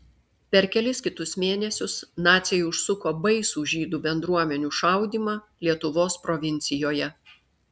per kelis kitus mėnesius naciai užsuko baisų žydų bendruomenių šaudymą lietuvos provincijoje